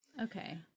Okay